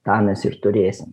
ką mes ir turėsim